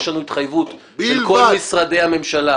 יש לנו התחייבות של כל משרדי הממשלה